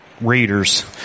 readers